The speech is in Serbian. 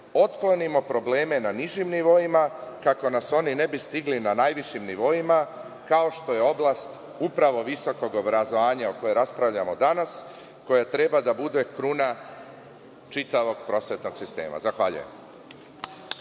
otklonimo probleme na nižim nivoima, kako nas oni ne bi stigli na najvišim nivoima, kao što je oblast visokog obrazovanja o kojem raspravljamo danas, koje treba da bude kruna čitavog prosvetnog sistema. Zahvaljujem.